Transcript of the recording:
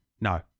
No